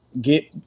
get